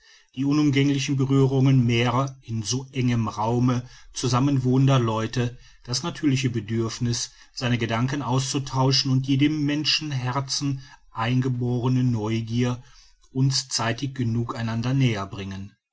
die unumgängliche berührung mehrerer in so engem raume zusammen wohnender leute das natürliche bedürfniß seine gedanken auszutauschen und die dem menschenherzen eingeborene neugier uns zeitig genug einander näher bringen